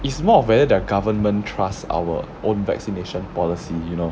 it's more of whether their government trust our own vaccination policy you know